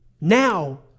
now